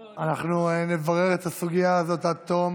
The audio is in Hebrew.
לא, אנחנו נברר את הסוגיה הזאת עד תום.